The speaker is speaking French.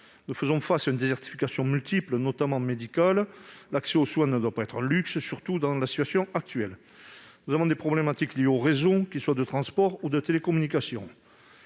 Nous faisons face à une désertification multiple, notamment médicale. L'accès aux soins ne doit pas être un luxe, surtout dans la situation actuelle. Nous avons des problématiques liées aux réseaux, qu'ils soient de transports ou de télécommunications.